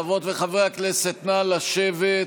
חברות וחברי הכנסת, נא לשבת.